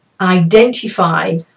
identify